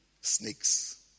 Snakes